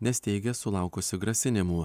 nes teigia sulaukusi grasinimų